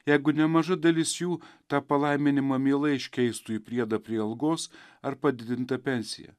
jeigu nemaža dalis jų tą palaiminimą mielai iškeistų į priedą prie algos ar padidintą pensiją